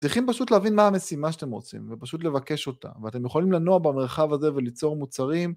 צריכים פשוט להבין מה המשימה שאתם רוצים ופשוט לבקש אותה ואתם יכולים לנוע במרחב הזה וליצור מוצרים